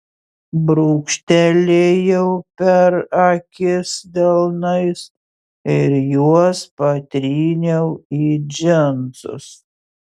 brūkštelėjau per akis delnais ir juos patryniau į džinsus